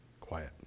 quiet